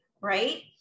right